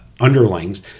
underlings